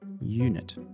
Unit